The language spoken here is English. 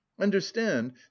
understand